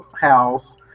house